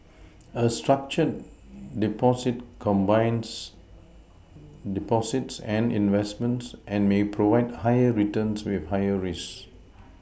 a structured Deposit combines Deposits and investments and may provide higher returns with higher risks